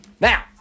Now